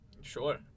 Sure